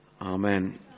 Amen